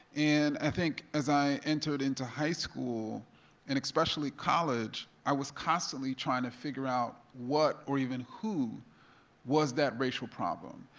and i think as i entered into high school and especially college, i was constantly trying to figure out what or even who was that racial problem?